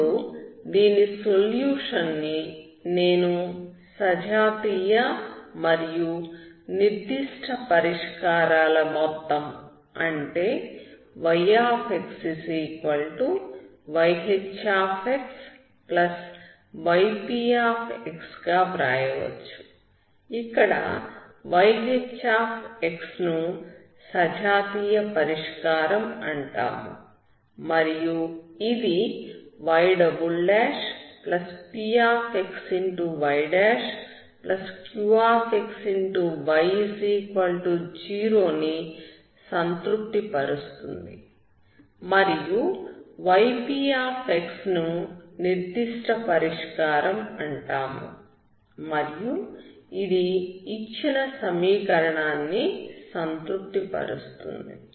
ఇప్పుడు దీని సొల్యూషన్ ని నేను సజాతీయ మరియు నిర్దిష్ట పరిష్కారాల మొత్తం అంటే yxyHxyp గా వ్రాయవచ్చు ఇక్కడ yHx ను సజాతీయ పరిష్కారం అంటాము మరియు ఇది ypxyqxy0 ను సంతృప్తి పరుస్తుంది మరియు yp ను నిర్దిష్ట పరిష్కారం అంటాము మరియు ఇది ఇచ్చిన సమీకరణాన్ని సంతృప్తి పరుస్తుంది